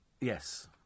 yes